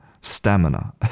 stamina